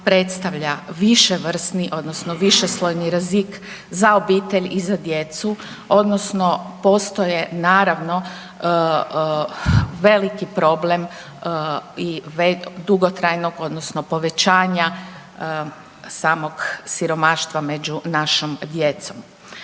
predstavlja viševrsni odnosno višeslojni rizik za obitelj i za djecu odnosno postoje naravno veliki problem i dugotrajno odnosno povećanja samog siromaštva među našom djecom.